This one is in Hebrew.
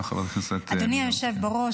אדוני היושב בראש,